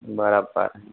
બરાબર